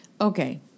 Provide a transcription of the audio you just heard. Okay